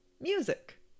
music